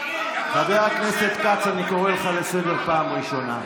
אבל גם לא מתאים להצבעה,